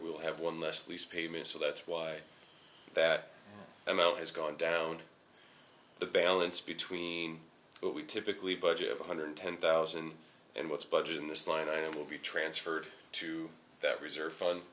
we'll have one less lease payments so that's why that amount has gone down the balance between what we typically budget of one hundred ten thousand and what's budget in this line i will be transferred to that reserve fun